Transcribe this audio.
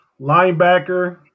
linebacker